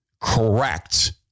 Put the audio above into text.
correct